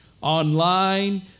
online